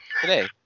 today